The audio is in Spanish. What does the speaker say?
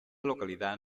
localidad